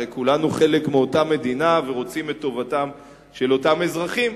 הרי כולנו חלק מאותה מדינה ורוצים את טובתם של אותם אזרחים.